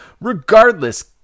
Regardless